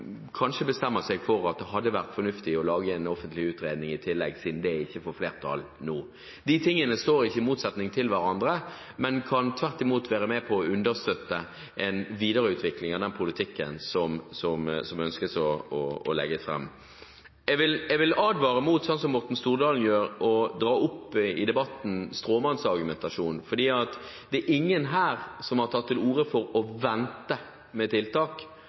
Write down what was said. kanskje bestemmer seg for at det hadde vært fornuftig å lage en offentlig utredning i tillegg, siden det ikke får flertall nå. Disse tingene står ikke i motsetning til hverandre, men kan tvert imot være med på å understøtte en videreutvikling av den politikken en ønsker å legge fram. Jeg vil advare mot å gjøre sånn som Morten Stordalen gjør, å dra inn stråmannargumentasjon i debatten, for det er ingen her som har tatt til orde for å vente med tiltak.